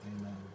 Amen